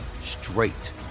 straight